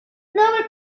nobel